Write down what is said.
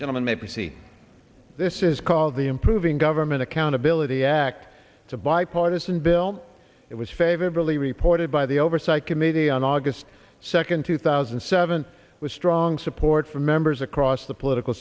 gentlemen maybe this is called the improving government accountability act to bipartisan bill it was favorably reported by the oversight committee on august second two thousand and seven with strong support from members across the political